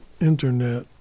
Internet